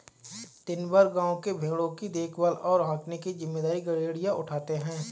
दिन भर गाँव के भेंड़ों की देखभाल और हाँकने की जिम्मेदारी गरेड़िया उठाता है